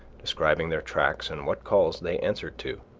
describing their tracks and what calls they answered to.